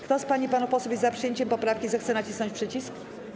Kto z pań i panów posłów jest za przyjęciem poprawki, zechce nacisnąć przycisk.